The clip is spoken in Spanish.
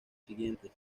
siguientes